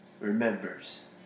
remembers